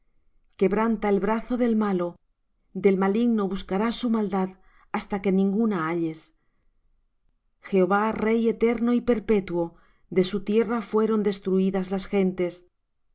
quebranta el brazo del malo del maligno buscarás su maldad hasta que ninguna halles jehová rey eterno y perpetuo de su tierra fueron destruídas las gentes